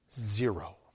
Zero